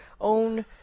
own